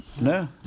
No